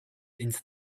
into